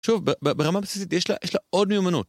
שוב, ברמה בסיסית יש לה עוד מיומנות.